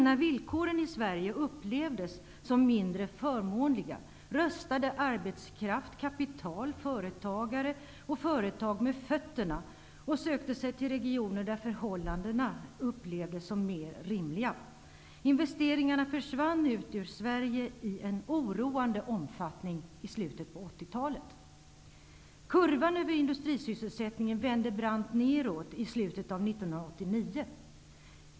När villkoren i Sverige upplevdes som mindre förmånliga röstade arbetskraft, kapital, företagare och företag med fötterna och sökte sig till regioner där förhållandena upplevdes som mer rimliga. Investeringarna försvann ut ur Sverige i oroande omfattning i slutet på 80-talet. Kurvan över industrisysselsättningen vände brant neråt i slutet av 1989.